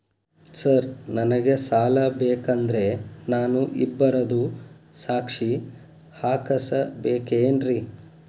Sir ನನಗೆ ಸಾಲ ಬೇಕಂದ್ರೆ ನಾನು ಇಬ್ಬರದು ಸಾಕ್ಷಿ ಹಾಕಸಬೇಕೇನ್ರಿ?